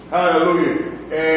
Hallelujah